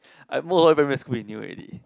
both of us in primary school he knew already